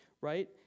right